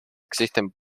existen